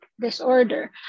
disorder